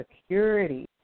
security